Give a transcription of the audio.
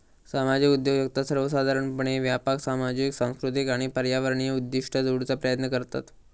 सामाजिक उद्योजकता सर्वोसाधारणपणे व्यापक सामाजिक, सांस्कृतिक आणि पर्यावरणीय उद्दिष्टा जोडूचा प्रयत्न करतत